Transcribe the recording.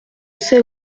sais